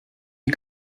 you